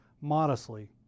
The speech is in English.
modestly